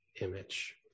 image